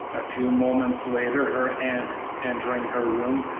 a few moments later her aunt, entering her room,